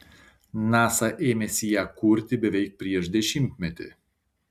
nasa ėmėsi ją kurti beveik prieš dešimtmetį